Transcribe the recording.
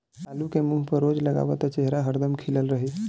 आलू के मुंह पर रोज लगावअ त चेहरा हरदम खिलल रही